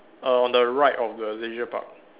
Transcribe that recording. err on the right of the leisure park